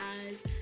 eyes